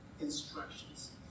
instructions